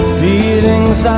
feelings